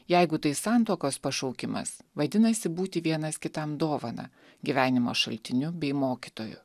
jeigu tai santuokos pašaukimas vadinasi būti vienas kitam dovana gyvenimo šaltiniu bei mokytoju